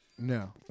No